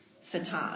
Satan